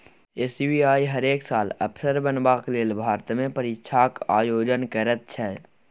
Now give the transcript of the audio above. SBI हरेक साल अफसर बनबाक लेल भारतमे परीक्षाक आयोजन करैत छै